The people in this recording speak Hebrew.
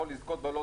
יכול לזכות בלוטו,